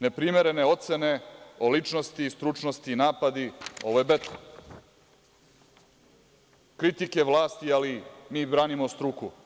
Neprimerene ocene o ličnosti i stručnosti, napadi, ovo je Beta, kritike vlasti, ali mi branimo struku.